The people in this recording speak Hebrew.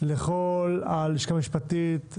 לכל הלשכה המשפטית,